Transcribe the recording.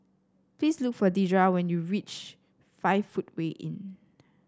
please look for Dedra when you reach Five Footway Inn